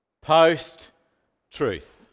Post-truth